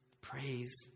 praise